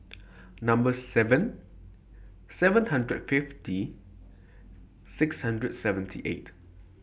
Number seven seven hundred fifty six hundred seventy eight